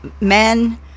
men